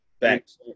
Thanks